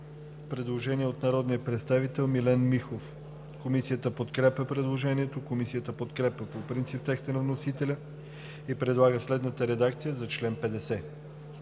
предложение от народния представител Милен Михов. Комисията подкрепя предложението. Комисията подкрепя по принцип текста на вносителя и предлага следната редакция за чл. 50: